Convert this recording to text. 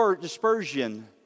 dispersion